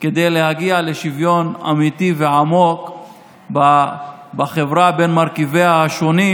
כדי להגיע לשוויון אמיתי ועמוק בחברה בין מרכיביה השונים.